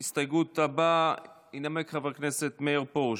את ההסתייגות הבאה ינמק חבר הכנסת מאיר פרוש.